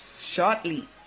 shortly